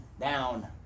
down